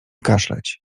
kaszleć